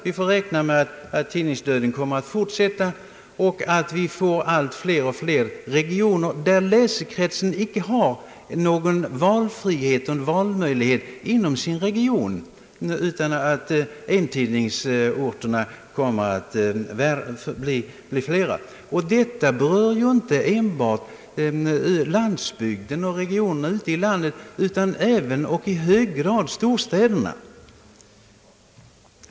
Vi får räkna med att tidningsdöden kommer att fortsätta och att vi får allt fler regioner där läsekretsen icke har någon valfrihet eller valmöjlighet när det gäller dagstidningen inom sin region och att en-tidningsorterna kommer att bli fler. Detta berör inte enbart »landsorten» och regionerna ute i landet utan även i hög grad storstäderna.